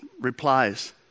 replies